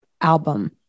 album